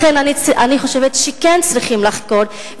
לכן אני חושבת שכן צריכים לחקור.